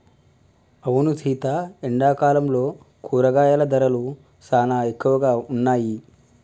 అవును సీత ఎండాకాలంలో కూరగాయల ధరలు సానా ఎక్కువగా ఉన్నాయి